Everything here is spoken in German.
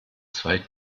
zwei